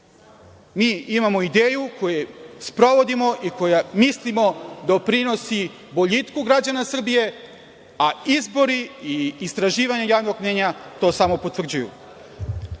Mi imamo ideju koju sprovodimo i za koju mislimo da doprinosi boljitku građana Srbije, a izbori i istraživanja javnog mnjenja to samo potvrđuju.